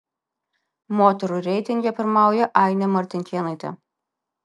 moterų reitinge pirmauja ainė martinkėnaitė